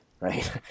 right